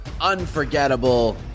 unforgettable